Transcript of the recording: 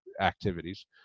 activities